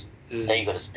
mm